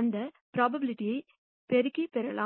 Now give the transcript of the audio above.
அந்தந்த ப்ரோபபிலிட்டிகளை பெருக்கி பெறலாம்